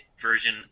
version